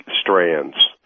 strands